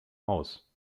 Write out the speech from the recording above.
aus